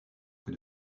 que